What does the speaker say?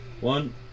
One